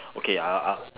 okay uh uh